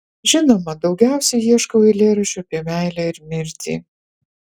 žinoma daugiausiai ieškau eilėraščių apie meilę ir mirtį